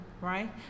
Right